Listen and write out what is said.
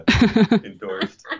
endorsed